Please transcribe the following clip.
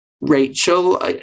Rachel